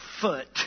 foot